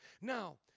Now